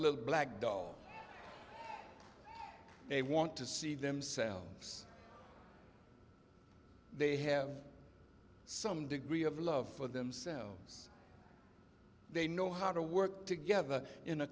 little black doll they want to see themselves they have some degree of love for themselves they know how to work together in a